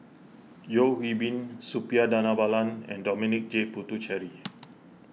Yeo Hwee Bin Suppiah Dhanabalan and Dominic J Puthucheary